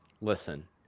Listen